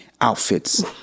outfits